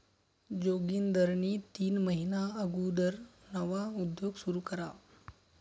जोगिंदरनी तीन महिना अगुदर नवा उद्योग सुरू करा